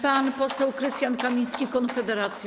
Pan poseł Krystian Kamiński, Konfederacja.